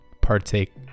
partake